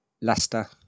Leicester